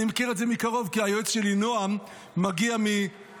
אני מכיר את זה מקרוב כי היועץ שלי נועם מגיע מעפרה,